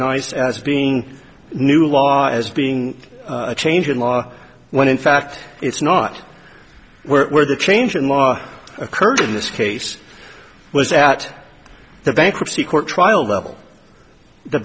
nice as being new law as being a change in law when in fact it's not where the change in law occurred in this case was at the bankruptcy court trial level the